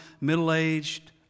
middle-aged